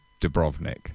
Dubrovnik